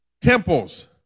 temples